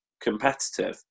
competitive